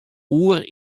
oer